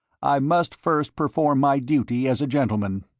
i must first perform my duty as a gentleman.